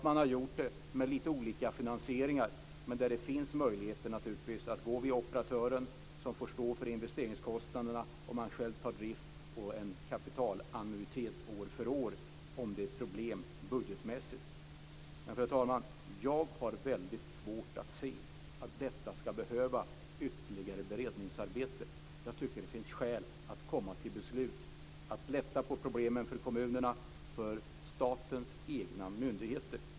Man har gjort det med lite olika finansieringar, men det finns naturligtvis möjligheter att gå via operatören, som får stå för investeringskostnaderna medan man själv tar hand om driften, och att ha en kapitalannuitet år för år om det är problem budgetmässigt. Fru talman! Jag har väldigt svårt att se att detta ska behöva ytterligare beredningsarbete. Jag tycker att det finns skäl att komma till beslut, att lätta på problemen för kommunerna och för statens egna myndigheter.